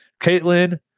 Caitlin